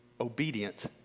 obedient